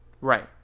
Right